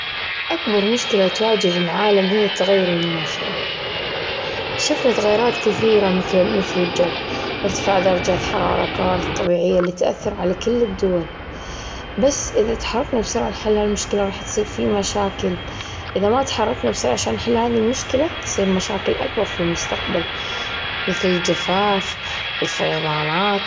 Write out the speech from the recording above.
أكبر مشكلة تواجه العالم هي التغير المناخي. شفنا تغيرات كثيرة مثل مثل الجو، إرتفاع درجات حرارة، كوارث طبيعية، اللي تأثر على كل الدول، بس إذا تحركنا بسرعة لحل هالمشكلة رح تصير في مشاكل. إذا ما تحركنا بسرعة عشان نحل هذه المشكلة تصير مشاكل أكبر في المستقبل مثل الجفاف، الفيضانات.